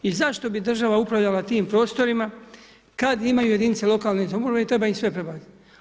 I zašto bi država uprljala tim prostorima kada imaju jedinice lokalne samouprave i treba im sve prebaciti.